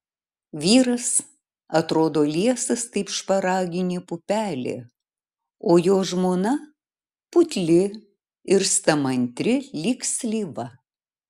vyras atrodo liesas kaip šparaginė pupelė o jo žmona putli ir stamantri lyg slyva